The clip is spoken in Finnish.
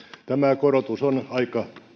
tämä korotus on aika